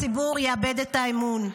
הציבור יאבד את האמון,